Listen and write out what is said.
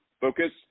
focus